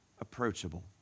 approachable